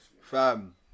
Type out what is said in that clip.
Fam